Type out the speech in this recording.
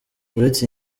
uretse